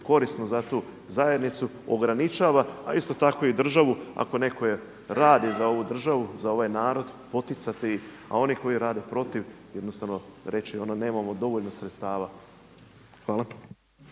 korisno za tu zajednicu ograničava, a isto tako i državu ako netko radi za ovu državu, ovaj narod poticati ih, a oni koji rade protiv jednostavno reći ono nemamo dovoljno sredstava. Hvala.